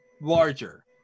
larger